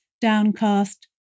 downcast